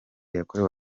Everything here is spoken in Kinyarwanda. yakorewe